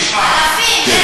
תשמע, כן,